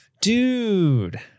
dude